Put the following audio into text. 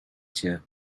chair